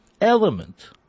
element